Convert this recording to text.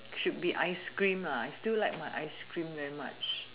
should be ice cream ah I still like my ice cream very much